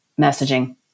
messaging